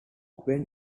when